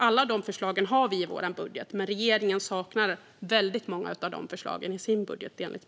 Alla dessa förslag har vi i vår budget, men enligt min uppfattning saknar regeringen väldigt många av dessa förslag i sin budget.